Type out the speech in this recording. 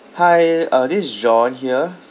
hi uh this is john here